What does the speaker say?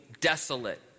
desolate